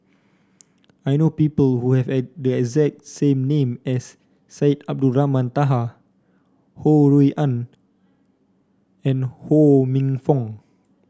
I know people who have a the exact name as Syed Abdulrahman Taha Ho Rui An and Ho Minfong